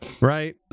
Right